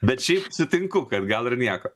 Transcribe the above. bet šiaip sutinku kad gal ir nieko